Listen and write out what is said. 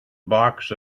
box